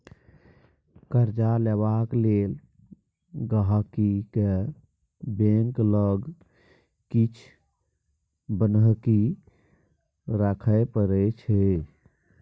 कर्जा लेबाक लेल गांहिकी केँ बैंक लग किछ बन्हकी राखय परै छै